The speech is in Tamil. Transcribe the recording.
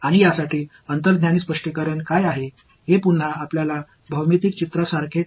எங்களிடம் இருந்த வடிவியல் படம் போன்ற இங்கு மீண்டும் பல சுழற்சிகள் உள்ளன